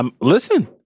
Listen